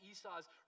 Esau's